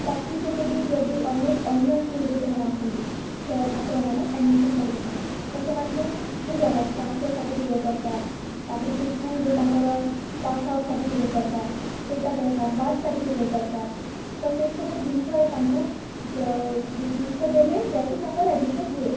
ବାକି ଯେତେବି ଯଦି ଅନ୍ୟ ଅନ୍ୟ ସ୍କୁଲ୍ରୁ ସେମାନେ ଆସନ୍ତି ଛୁଆ ଛାତ୍ରମାନେ ଆଡ଼୍ମିସନ୍ କରିବା ପାଇଁ ତ ସେମାନଙ୍କୁ ସେ ଜାଗାରେ ଟ୍ରାନ୍ସଫର୍ ସାର୍ଟିଫିକେଟ୍ ଦରକାର ତା'ପରେ ସେ ସ୍କୁଲ୍ର ତାଙ୍କର ପାସ୍ଆଉଟ୍ ସାର୍ଟିଫିକେଟ୍ ଦରକାର ସେଇଟା ଦରକାର ବାର୍ଥ୍ ସାର୍ଟିଫିକେଟ୍ ଦରକାର ତ ସେହି ସବୁ ଜିନିଷରେ ତାଙ୍କୁ ଯ ଜିନିଷ ଦେଲେ ଯାଇକି ତାଙ୍କର ଆଡ଼୍ମିସନ୍ ହୁଏ